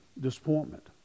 Disappointment